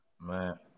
Man